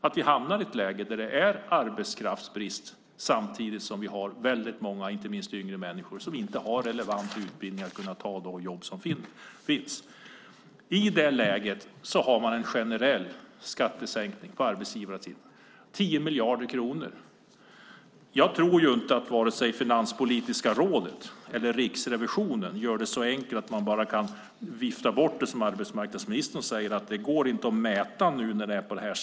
Då hamnar vi i ett läge där det är arbetskraftsbrist samtidigt som många yngre människor inte har relevant utbildning för de jobb som finns. I rådande läge gör man en generell skattesänkning på arbetsgivaravgiften med 10 miljarder kronor. Jag tror inte att vare sig Finanspolitiska rådet eller Riksrevisionen viftar bort det så enkelt som arbetsmarknadsministern som säger att det inte går att mäta när det är så här.